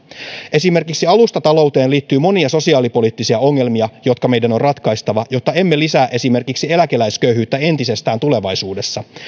esimerkiksi alustatalouteen liittyy monia sosiaalipoliittisia ongelmia jotka meidän on ratkaistava jotta emme lisää esimerkiksi eläkeläisköyhyyttä entisestään tulevaisuudessa